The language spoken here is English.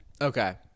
Okay